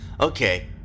Okay